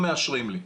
לא מאשרים לי.